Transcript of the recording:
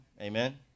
Amen